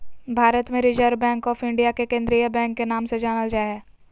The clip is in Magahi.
भारत मे रिजर्व बैंक आफ इन्डिया के केंद्रीय बैंक के नाम से जानल जा हय